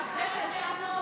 אחרי שהקימו פה